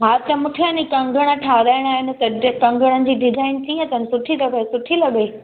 हा त मूंखे अने कंगण ठाराइणा आहिनि त हिते कंगणनि जी डिजाइन कीअं अथनि सुठी त भई सुठी लॻई